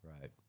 Right